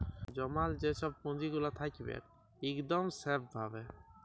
জমাল যে ছব পুঁজিগুলা থ্যাকবেক ইকদম স্যাফ ভাবে